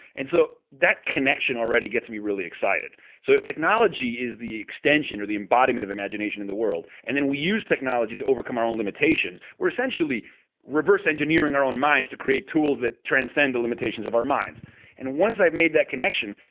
and so that connection already gets me really excited so, if technology is the extension, or the embodiment of imagination in the world, and then we use technology to overcome our own limitations, we're essentially reverseengineering our own minds to create tools that transcend the limitations of our minds and once i made that connection,